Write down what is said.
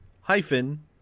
hyphen